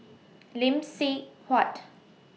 Lee Seng Huat